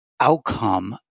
outcome